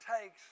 takes